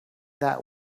that